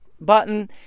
button